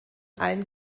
allen